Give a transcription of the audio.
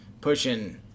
pushing